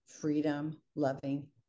freedom-loving